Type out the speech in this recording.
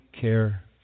care